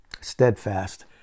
steadfast